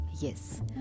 yes